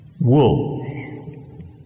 wool